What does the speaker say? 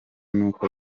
n’uko